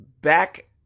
Back